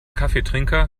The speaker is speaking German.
kaffeetrinker